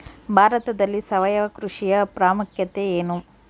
ಭಾರತದಲ್ಲಿ ಸಾವಯವ ಕೃಷಿಯ ಪ್ರಾಮುಖ್ಯತೆ ಎನು?